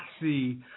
see